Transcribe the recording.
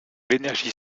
l’énergie